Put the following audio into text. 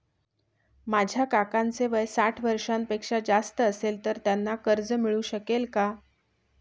माझ्या काकांचे वय साठ वर्षांपेक्षा जास्त असेल तर त्यांना कर्ज मिळू शकेल का?